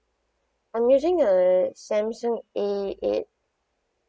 I'm using a Samsung a eight